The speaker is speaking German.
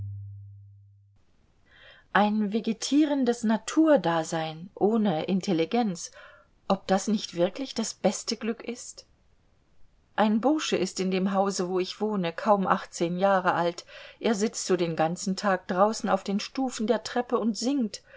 ein vegetierendes naturdasein ohne intelligenz ob das nicht wirklich das beste glück ist ein bursche ist in dem hause wo ich wohne kaum achtzehn jahre alt er sitzt so den ganzen tag draußen auf den stufen der treppe und singt